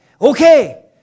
Okay